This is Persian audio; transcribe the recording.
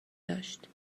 داشت